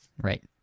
right